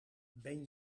ben